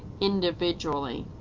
individually.